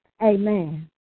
Amen